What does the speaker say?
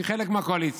היא חלק מהקואליציה.